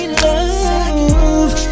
love